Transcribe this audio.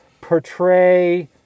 portray